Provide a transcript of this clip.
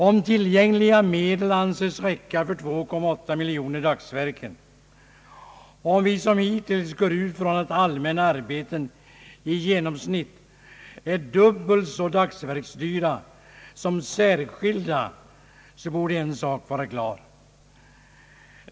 Om tillgängliga medel anses räcka till 2,8 miljoner dagsverken och vi, som hittills, utgår ifrån att allmänna arbeten i genomsnitt är dubbelt så dyra per dagsverke som särskilda arbeten, så borde en sak vara klar.